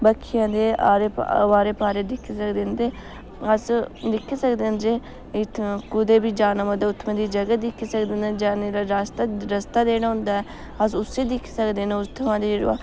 बक्खियें दे आर रुआरे पारें दिक्खी सकदे न ते अस दिक्खी सकदे न जे इत्थें कुदै बी जाना होऐ ते उत्थुं दी जगह् दिक्खी सकदे न जाने दा रास्ता रस्ता जेह्ड़ा होंदा ऐ अस उसी दिक्खी सकदे न उत्थुंआं दी